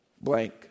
blank